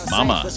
Mama